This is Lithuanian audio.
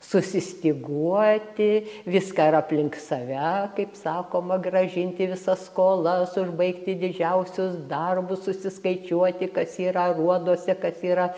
susistyguoti viską ir aplink save kaip sakoma grąžinti visas skolas užbaigti didžiausius darbus susiskaičiuoti kas yra aruoduose kas yra